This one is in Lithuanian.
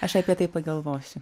aš apie tai pagalvosiu